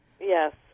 yes